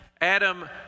Adam